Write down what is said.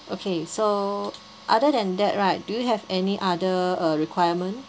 okay so other than that right do you have any other uh requirement